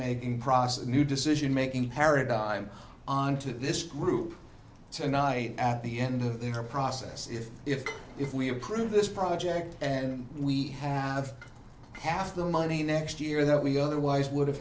making process new decision making paradigm on to this group tonight at the end of their process if if if we approve this project and then we have half the money next year that we otherwise would have